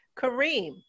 Kareem